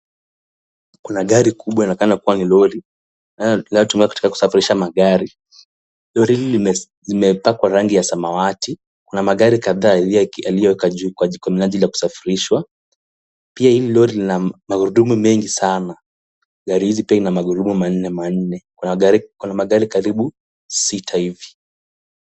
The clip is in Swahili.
Kuna gari kubwa inaonekana kuwa ni lori linalotumika kusafirisha magari. Lori hili limepakwa rangi ya samawati, kuna magari kadhaa ilioweka juu kwa minajili ya kusafirishwa. Pia hili lori lina magurudumu mengi sana , gari pia ina magurudumu manne manne, kuna magari karibu sita hivi.